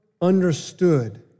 understood